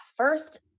First